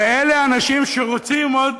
ואלה אנשים שרוצים עוד